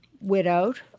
widowed